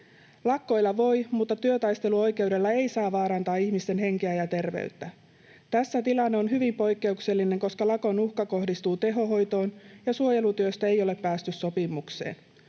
Lakkoilla voi, mutta työtaisteluoikeudella ei saa vaarantaa ihmisten henkeä ja terveyttä. Tässä tilanne on hyvin poikkeuksellinen, koska lakonuhka kohdistuu tehohoitoon ja suojelutyöstä ei ole päästy sopimukseen.